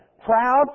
proud